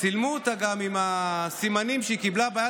צילמו אותה גם עם הסימנים שהיא קיבלה ביד,